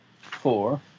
four